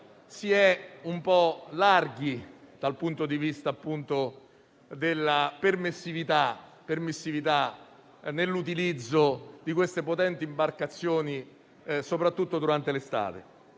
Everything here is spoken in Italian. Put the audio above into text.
Si è un po' larghi dal punto di vista della permissività nell'utilizzo di queste potenti imbarcazioni soprattutto durante l'estate.